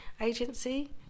Agency